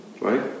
right